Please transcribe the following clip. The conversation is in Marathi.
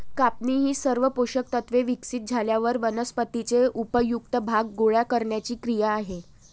कापणी ही सर्व पोषक तत्त्वे विकसित झाल्यावर वनस्पतीचे उपयुक्त भाग गोळा करण्याची क्रिया आहे